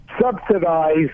subsidize